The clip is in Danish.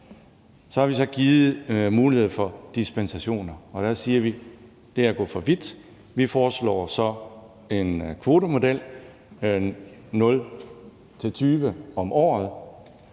Så har vi så givet mulighed for dispensation, og der siger vi: Det er at gå for vidt. Vi foreslår så en kvotemodel, 0-20 om året,